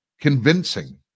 convincing